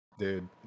Dude